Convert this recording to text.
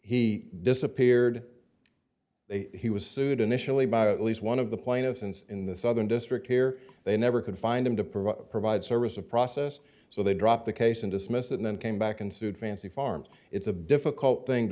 he disappeared he was sued initially by at least one of the plaintiffs and in the southern district here they never could find him to provide provide service of process so they dropped the case and dismissed and then came back and sued fancy farms it's a difficult thing to